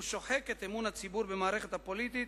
הוא שוחק את אמון הציבור במערכת הפוליטית,